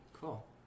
cool